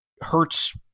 hurts